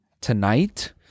tonight